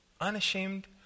unashamed